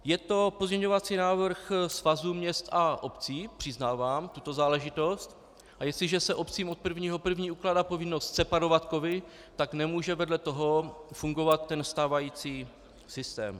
Je to pozměňovací návrh Svazu měst a obcí, přiznávám tuto záležitost, a jestliže se obcím od 1. 1. ukládá povinnost separovat kovy, tak nemůže vedle toho fungovat ten stávající systém.